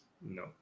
No